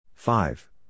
Five